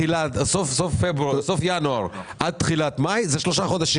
סוף ינואר עד תחילת מאי, אלה שלושה חודשים.